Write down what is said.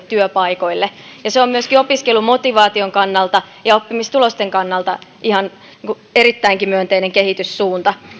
työpaikoille ja se on myöskin opiskelumotivaation kannalta ja oppimistulosten kannalta erittäinkin myönteinen kehityssuunta